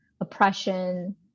oppression